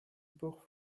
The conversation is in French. port